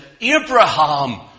Abraham